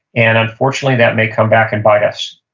and unfortunately, that may come back and bite us.